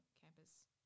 campus